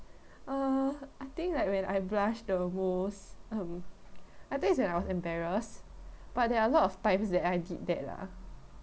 uh I think like when I blush the most um I think it's when I was embarrassed but there are a lot of times that I did that lah